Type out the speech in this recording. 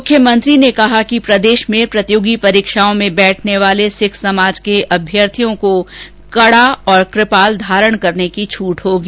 मुख्यमंत्री ने कहा कि प्रदेश में प्रतियोगी परीक्षाओं में बैठने वाले सिख समाज के अम्यर्थियों को कड़ा और कुपाल धारण करने की छट होगी